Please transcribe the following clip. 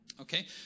okay